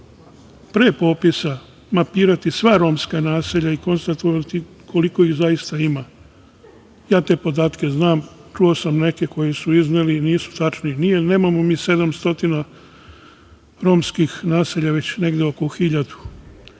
pre popisa mapirati sva romska naselja i konstatovati koliko ih zaista ima? Ja te podatke znam. Čuo sam neke koje su izneli, nisu tačni. Nemamo mi 700 romskih naselja, već negde oko